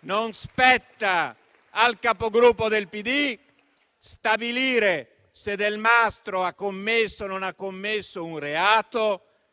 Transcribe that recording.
non spetta al Capogruppo del PD stabilire se Delmastro ha commesso o meno un reato.